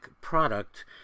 product